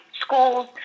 schools